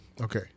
okay